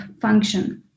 function